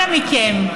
אנא מכם,